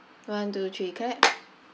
one two three clap